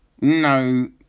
No